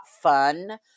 fun